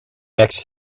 next